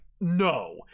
no